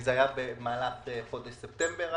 וכל תהליך האישור היה במהלך חודש ספטמבר.